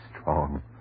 strong